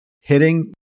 Hitting